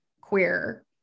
queer